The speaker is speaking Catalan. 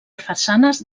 façanes